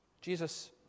Jesus